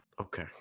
Okay